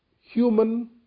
human